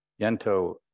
Yento